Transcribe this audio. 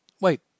Wait